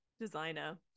designer